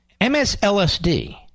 MSLSD